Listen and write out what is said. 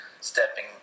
stepping